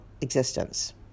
existence